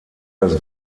das